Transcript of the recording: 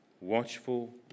watchful